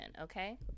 okay